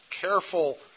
careful